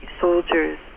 soldiers